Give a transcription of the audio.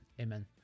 Amen